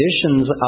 conditions